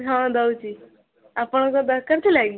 ହଁ ଦେଉଛି ଆପଣଙ୍କ ଦରକାର୍ ଥିଲା କି